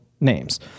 names